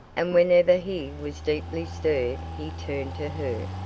and whenever he was deeply stirred he turned to her.